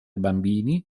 bambini